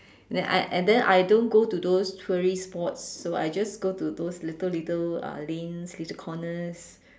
then I and I I then I don't go to those tourist spots so I just go to those little little uh lanes little corners